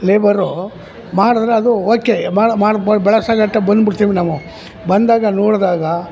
labour ಮಾಡಿದ್ರೆ ಅದು okay ಮಾಡು ಬೆಳೆಸೋಗಂಟ ಬಂದು ಬಿಡ್ತಿವಿ ನಾವು ಬಂದಾಗ ನೋಡಿದಾಗ